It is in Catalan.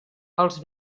els